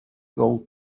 gold